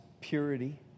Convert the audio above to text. purity